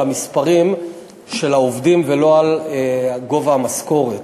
המספרים של העובדים ולא על גובה המשכורת.